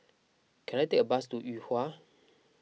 can I take a bus to Yuhua